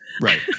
Right